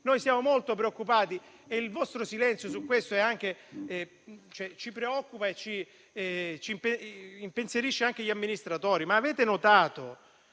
noi siamo molto preoccupati. Anche il vostro silenzio su questo ci preoccupa e impensierisce anche gli amministratori.